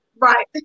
right